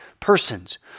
persons